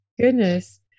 goodness